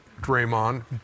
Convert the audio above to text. Draymond